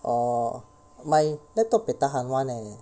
oh my laptop buay tahan [one] leh